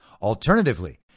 Alternatively